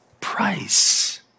price